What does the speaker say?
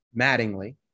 Mattingly